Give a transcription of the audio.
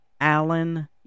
Alan